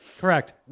Correct